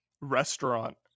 restaurant